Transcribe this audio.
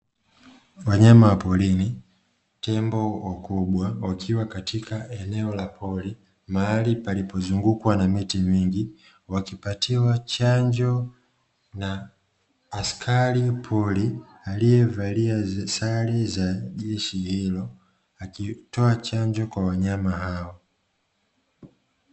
Wanyama wa porini, Tembo wakubwa wakiwa katika eneo la pori, mahali palipozungukwa na miti mingi, wakipatiwa chanjo na askari pori, aliyevalia sare za jeshi hilo, akitoa chanjo kwa wanyama hao.